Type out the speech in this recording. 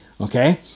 Okay